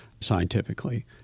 scientifically